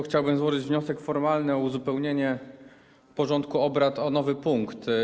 Chciałbym złożyć wniosek formalny o uzupełnienie porządku obrad o nowy punkt.